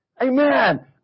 Amen